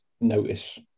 notice